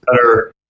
better